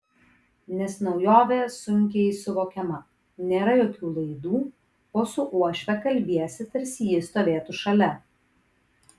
nes naujovė sunkiai suvokiama nėra jokių laidų o su uošve kalbiesi tarsi ji stovėtų šalia